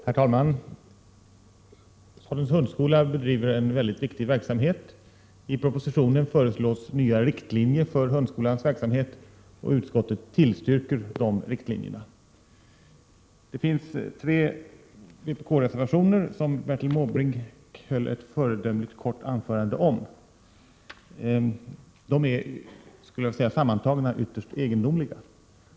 Herr talman! Statens hundskola bedriver en väldigt viktig verksamhet. I propositionen föreslås nya riktlinjer för hundskolans verksamhet, och utskottet tillstyrker de riktlinjerna. Det finns tre vpk reservationer, som Bertil Måbrink höll ett föredömligt kort anförande om. Jag skulle vilja säga att de är sammantagna egendomliga.